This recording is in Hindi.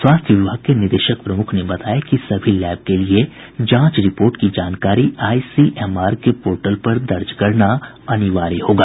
स्वास्थ्य विभाग के निदेशक प्रमुख ने बताया कि सभी लैब के लिए जांच रिपोर्ट की जानकारी आईसीएमआर के पोर्टल पर दर्ज कराना अनिवार्य होगा